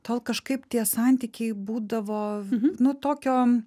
tol kažkaip tie santykiai būdavo nu tokio